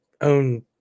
Own